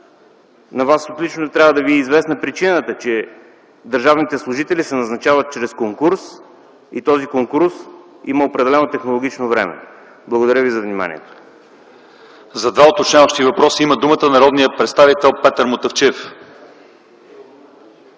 на Вас отлично трябва да Ви е известна причината - че държавните служители се назначават чрез конкурс и този конкурс има определено технологично време. Благодаря ви за вниманието. ПРЕДСЕДАТЕЛ ЛЪЧЕЗАР ИВАНОВ: За два уточняващи въпроса има думата народният представител Петър Мутафчиев.